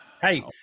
Hey